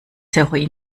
heroin